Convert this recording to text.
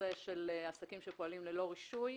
בנושא של עסקים שפועלים ללא רישוי.